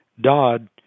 Dodd